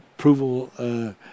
approval